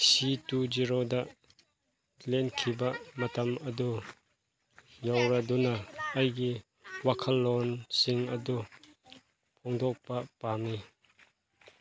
ꯁꯤ ꯇꯨ ꯖꯦꯔꯣꯗ ꯂꯦꯟꯈꯤꯕ ꯃꯇꯝ ꯑꯗꯣ ꯌꯧꯔꯗꯨꯅ ꯑꯩꯒꯤ ꯋꯥꯈꯜꯂꯣꯟꯁꯤꯡ ꯑꯗꯨ ꯐꯣꯡꯗꯣꯛꯄ ꯄꯥꯝꯃꯤ